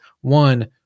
one